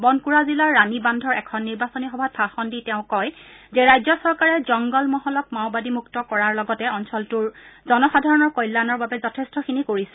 বনকুৰা জিলাৰ ৰাণীবান্ধৰ এখন নিৰ্বাচনী সভাত ভাষণ দি তেওঁ কয় যে ৰাজ্য চৰকাৰে জংগল মহলক মাওবাদীমুক্ত কৰাৰ লগতে অঞ্চলটোৰ জনসাধাৰণৰ কল্যাণৰ বাবে যথেষ্টখিনি কৰিছে